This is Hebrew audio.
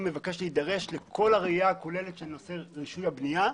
מבקש להידרש לכל הראייה הכוללת של נושא רישוי הבנייה,